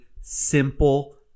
simple